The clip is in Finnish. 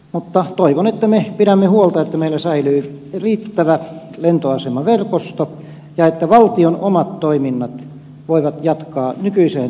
mutta toivon että me pidämme huolta että meillä säilyy riittävä lentoasemaverkosto ja että valtion omat toiminnat voivat jatkaa nykyisin